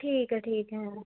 ਠੀਕ ਹੈ ਠੀਕ ਹੈ